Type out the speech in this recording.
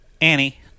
Annie